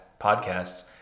podcasts